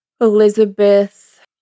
Elizabeth